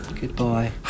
Goodbye